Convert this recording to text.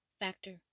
factor